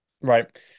Right